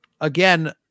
Again